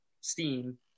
steam